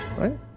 right